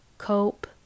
Cope